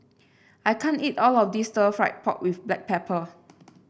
I can't eat all of this Stir Fried Pork with Black Pepper